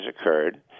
occurred